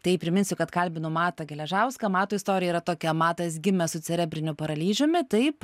tai priminsiu kad kalbinu matą geležauską mato istorija yra tokia matas gimė su cerebriniu paralyžiumi taip